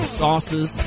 sauces